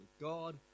God